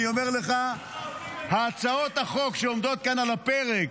אני אומר לך, הצעות החוק שעומדות כאן על הפרק,